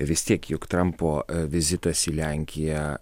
vis tiek juk trampo vizitas į lenkiją